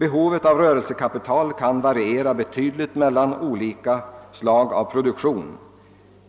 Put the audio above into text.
Behovet av rörelsekapital kan variera betydligt för olika slag av produktion.